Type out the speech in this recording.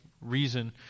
reason